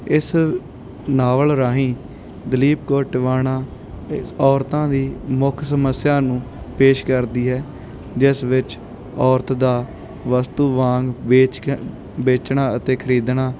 ਇਸ ਨਾਵਲ ਰਾਹੀਂ ਦਲੀਪ ਕੌਰ ਟਿਵਾਣਾ ਔਰਤਾਂ ਦੀ ਮੁੱਖ ਸਮੱਸਿਆ ਨੂੰ ਪੇਸ਼ ਕਰਦੀ ਹੈ ਜਿਸ ਵਿੱਚ ਔਰਤ ਦਾ ਵਸਤੂ ਵਾਂਗ ਵੇਚ ਕੇ ਵੇਚਣਾ ਅਤੇ ਖਰੀਦਣਾ